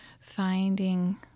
finding